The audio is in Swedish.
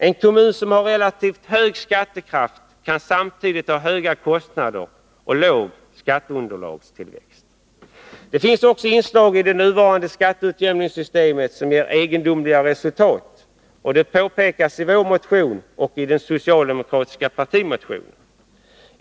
En kommun som har relativt hög skattekraft kan samtidigt ha höga kostnader och låg skatteunderlagstillväxt. Det finns också inslag i det nuvarande skatteutjämningssystemet som ger egendomliga resultat; det påpekas i vår motion och i den socialdemokratiska partimotionen.